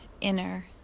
inner